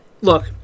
Look